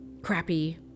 crappy